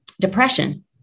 depression